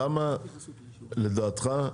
למה לדעתך,